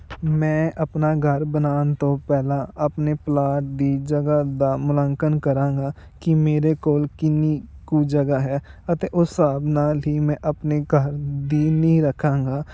ਮੈਂ ਆਪਣਾ ਘਰ ਬਣਾਉਣ ਤੋਂ ਪਹਿਲਾਂ ਆਪਣੇ ਪਲਾਟ ਦੀ ਜਗ੍ਹਾ ਦਾ ਮੁਲਾਂਕਣ ਕਰਾਂਗਾ ਕਿ ਮੇਰੇ ਕੋਲ ਕਿੰਨੀ ਕੁ ਜਗ੍ਹਾ ਹੈ ਅਤੇ ਉਸ ਹਿਸਾਬ ਨਾਲ ਹੀ ਮੈਂ ਆਪਣੇ ਘਰ ਦੀ ਨੀਂਹ ਰੱਖਾਂਗਾ